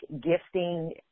gifting